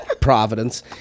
Providence